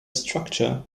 structure